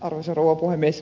arvoisa rouva puhemies